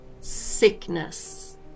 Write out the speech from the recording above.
sickness